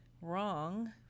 wrong